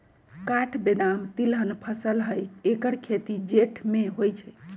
काठ बेदाम तिलहन फसल हई ऐकर खेती जेठ में होइ छइ